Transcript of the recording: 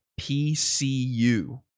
PCU